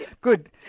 good